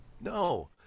No